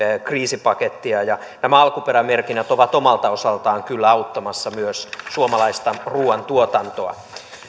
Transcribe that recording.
kriisipakettia ja nämä alkuperämerkinnät ovat omalta osaltaan kyllä auttamassa myös suomalaista ruuantuotantoa